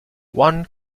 one